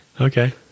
Okay